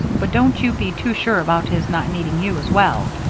but don't you be too sure about his not needing you as well.